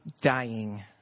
dying